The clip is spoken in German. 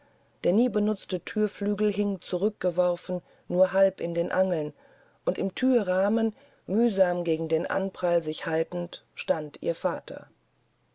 der nie benutzte thürflügel hing zurückgeworfen nur halb in den angeln und im thürrahmen mühsam gegen den anprall sich haltend stand ihr vater